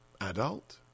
adult